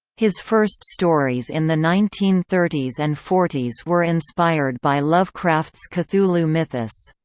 his first stories in the nineteen thirty s and forty s were inspired by lovecraft's cthulhu mythos.